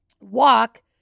walk